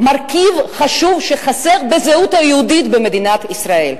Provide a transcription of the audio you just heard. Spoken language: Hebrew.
מרכיב חשוב שחסר בזהות היהודית במדינת ישראל.